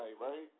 right